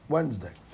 Wednesday